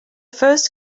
first